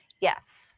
Yes